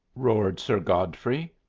roared sir godfrey.